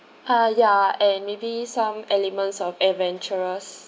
ah ya and maybe some elements of adventurous